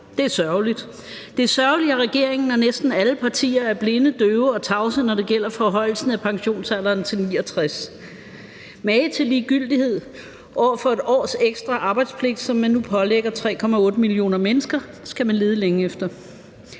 Det er sørgeligt. Det er sørgeligt, at regeringen og næsten alle partier er blinde, døve og tavse, når det gælder forhøjelsen af pensionsalderen til 69 år. Magen til ligegyldighed over for 1 års ekstra arbejdspligt, som man nu pålægger 3,8 millioner mennesker, skal man lede længe efter.